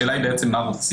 השאלה היא בעצם מה רוצים,